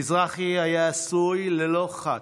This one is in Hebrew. מזרחי היה עשוי ללא חת.